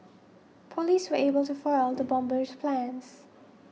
police were able to foil the bomber's plans